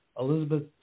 Elizabeth